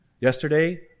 Yesterday